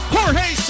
Jorge